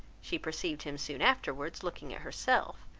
she perceived him soon afterwards looking at herself,